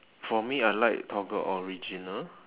for me I like toggle original